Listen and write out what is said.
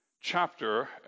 chapter